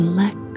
let